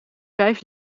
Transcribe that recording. vijf